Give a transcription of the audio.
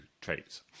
traits